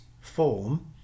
form